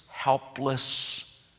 helpless